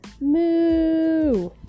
Moo